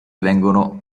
vengono